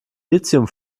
lithium